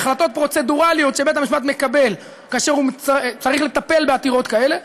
החלטות פרוצדורליות שבית-המשפט מקבל כאשר הוא צריך לטפל בעתירות כאלה,